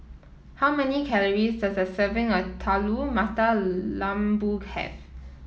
how many calories does a serving of Telur Mata Lembu have